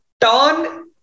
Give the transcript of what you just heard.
turn